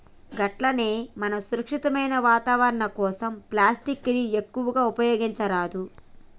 గట్లనే మనం సురక్షితమైన వాతావరణం కోసం ప్లాస్టిక్ ని ఎక్కువగా ఉపయోగించరాదు